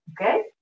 Okay